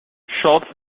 schultz